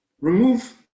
Remove